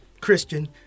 Christian